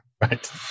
Right